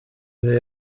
they